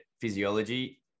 physiology